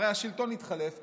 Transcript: הרי השלטון יתחלף מתישהו,